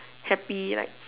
happy like